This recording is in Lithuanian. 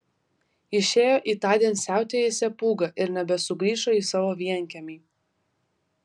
išėjo į tądien siautėjusią pūgą ir nebesugrįžo į savo vienkiemį